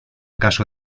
caso